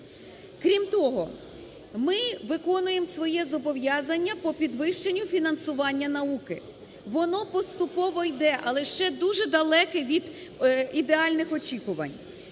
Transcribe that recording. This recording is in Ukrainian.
Крім того, ми виконуємо своє зобов'язання по підвищенню фінансування науки. Воно поступово йде, але ще дуже далеке від ідеальних очікувань.